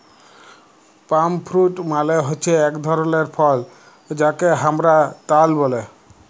পাম fruit মালে হচ্যে এক ধরলের ফল যাকে হামরা তাল ব্যলে